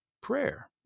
prayer